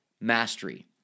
mastery